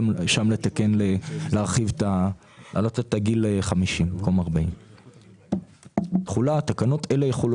לתקן גם שם ולעלות את הגיל ל-50 במקום 40. תחולה תקנות אלה יחולו